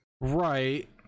Right